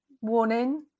warning